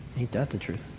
ain't that the truth?